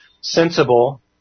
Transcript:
sensible